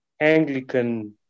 Anglican